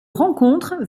rencontre